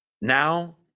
Now